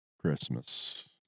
Christmas